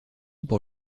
pour